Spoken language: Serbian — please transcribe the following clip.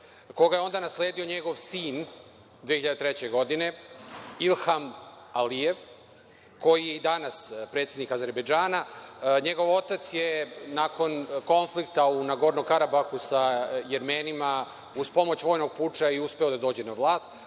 koga je onda nasledio njegov sin 2003. godine Ilhan Alijev koji je i danas predsednik Azerbejdžana. Njegov otac je nakon konflikta na Nagorno Karabahu sa Jermenima, uz pomoć vojnog puča je i uspeo je da dođe na vlast.